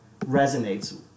resonates